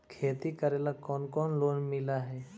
खेती करेला कौन कौन लोन मिल हइ?